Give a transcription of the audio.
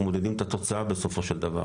אנחנו מודדים את התוצאה בסופו של דבר